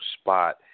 spot